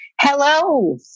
Hello